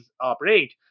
operate